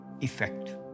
effect